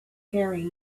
faring